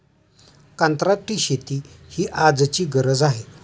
कंत्राटी शेती ही आजची गरज आहे